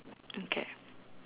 okay